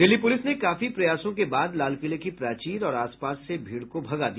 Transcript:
Delhi police ने काफी प्रयासों के बाद लालकिले की प्राचीर और आसपास से भीड़ को भगा दिया